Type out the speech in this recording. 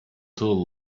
too